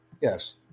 Yes